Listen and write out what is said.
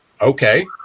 okay